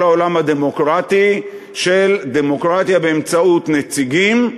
העולם הדמוקרטי של דמוקרטיה באמצעות נציגים,